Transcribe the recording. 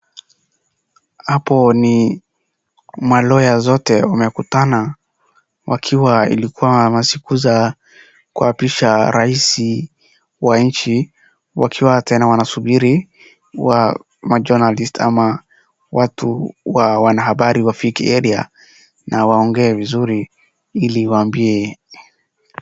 Hapo ni ma lawyer zote wamekutana wakiwa ilikua masiku za kuapisha raisi wa nchi wakiwa tena wanasubiri ma journalist ama watu wa wanahabari wafike area na waongee vizuri ili waambie.